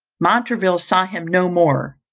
montraville saw him no more.